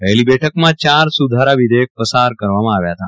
પહેલી બેઠકમાં ચાર સુધારા વિધેયક પાસ કરવામાં આવ્યા હતા